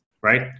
right